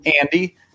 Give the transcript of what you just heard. Andy